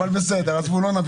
אבל בסדר, עזבו, לא נביך אתכם.